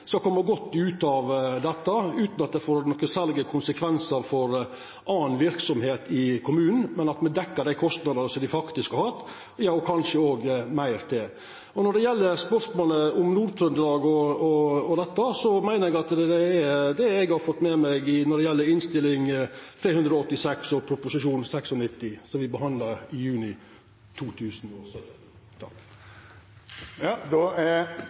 skal koma godt ut av dette utan at det får nokon særlege konsekvensar for annan verksemd i kommunen, men at me dekkjer dei kostnadene dei faktisk har hatt, og kanskje meir til. Når det gjeld spørsmålet om Nord-Trøndelag, meiner eg at det er det eg har fått med meg når det gjeld Innst. 386 S for 2016–2017 og Prop. 96 S for 2016–2017, som me behandla i juni